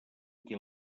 qui